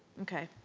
okay,